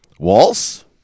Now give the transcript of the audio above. Waltz